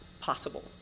possible